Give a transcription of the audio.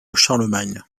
charlemagne